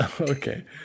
Okay